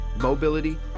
mobility